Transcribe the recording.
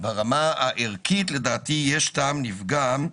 ברמה הערכית לדעתי יש טעם לפגם.